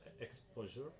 exposure